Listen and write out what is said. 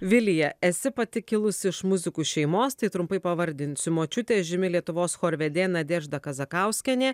vilija esi pati kilusi iš muzikų šeimos tai trumpai pavardinsiu močiutė žymi lietuvos chorvedė nadežda kazakauskienė